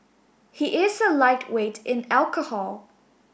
he is a lightweight in alcohol